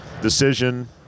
decision